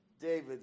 David